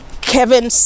Kevin